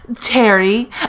Terry